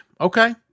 okay